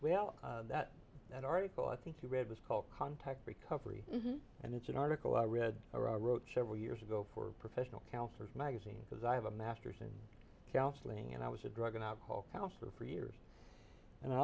well that an article i think you read was called context recovery and it's an article i read or i wrote several years ago for professional counselors magazine because i have a master's in counseling and i was a drug and alcohol counselor for years and i